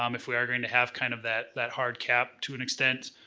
um if we are going to have kind of that that hard cap, to an extent.